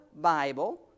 Bible